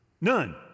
none